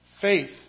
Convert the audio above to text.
faith